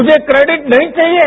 मुझे क्रैडिट नहीं चाहिये